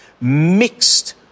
mixed